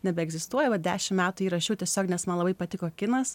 nebeegzistuoja va dešimt metų jį rašiau tiesiog nes man labai patiko kinas